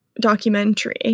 Documentary